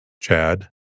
Chad